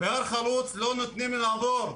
בהר חלוץ לא נותנים לי לעבור,